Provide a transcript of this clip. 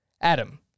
Adam